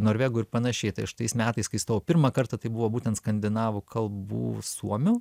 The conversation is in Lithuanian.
norvegų ir panašiai tai aš tais metais kai stojau pirmą kartą tai buvo būtent skandinavų kalbų suomių